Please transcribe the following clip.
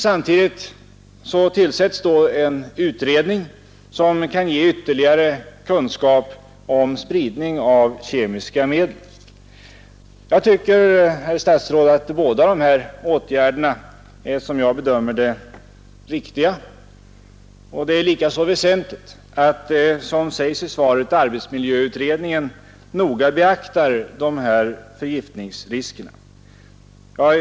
Samtidigt tillsätts då en utredning, som kan ge ytterligare kunskap om spridning av kemiska medel. Jag tycker, herr statsråd, att båda dessa åtgärder är riktiga. Likaså är det väsentligt, som det sägs i svaret, att arbetsmiljöutredningen noga beaktar dessa förgiftningsrisker.